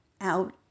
out